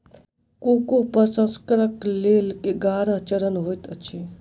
cocoa प्रसंस्करणक लेल ग्यारह चरण होइत अछि